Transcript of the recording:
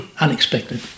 unexpected